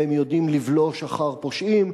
והם יודעים לבלוש אחר פושעים,